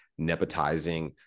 nepotizing